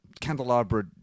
candelabra